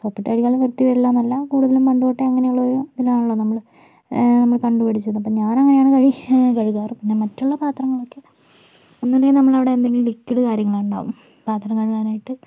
സോപ്പിട്ട് കഴുകിയാലും വൃത്തി വരില്ല എന്നല്ല കൂടുതലും പണ്ട് തൊട്ടേ അങ്ങനെയുള്ള ഒരു ഇതിലാണല്ലോ നമ്മൾ നമ്മൾ കണ്ടു പഠിച്ചത് ഞാൻ അങ്ങനെയാണ് കഴുകാറ് പിന്നെ മറ്റുള്ള പാത്രങ്ങളൊക്കെ ഒന്നുമില്ലെങ്കിൽ നമ്മൾ അവിടെ എന്തെങ്കിലും ലിക്വിഡ് കാര്യങ്ങൾ ഉണ്ടാവും പാത്രം കഴുകാനായിട്ട്